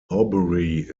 horbury